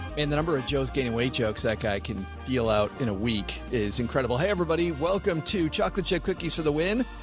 the number of joe's gaining weight jokes that guy can deal out in a week is incredible. hey, everybody, welcome to chocolate chip cookies for the win.